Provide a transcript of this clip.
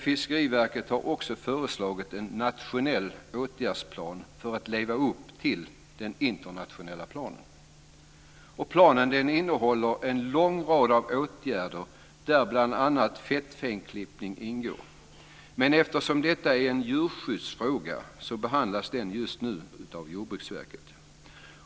Fiskeriverket har också föreslagit en nationell åtgärdsplan för att man ska leva upp till den internationella planen. Planen innehåller en lång rad av åtgärder där bl.a. fettfenklippning ingår. Men eftersom detta är en djurskyddsfråga behandlas den just nu av Jordbruksverket.